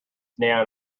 down